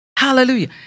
Hallelujah